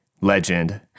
Legend